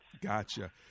Gotcha